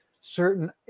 certain